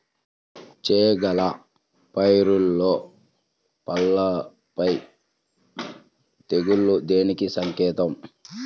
చేగల పైరులో పల్లాపై తెగులు దేనికి సంకేతం?